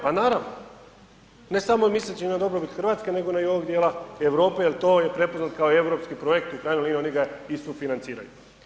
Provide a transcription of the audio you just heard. Pa naravno, ne samo misleći na dobrobit Hrvatske nego i ovog dijela Europe jel to je prepoznat kao europski projekt u krajnjoj liniji oni ga i sufinanciraju.